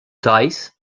dice